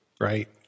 right